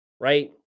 right